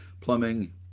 plumbing